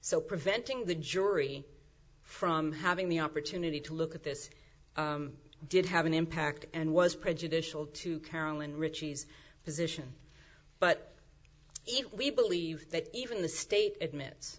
so preventing the jury from having the opportunity to look at this did have an impact and was prejudicial to carolyn richie's position but it we believe that even the state admits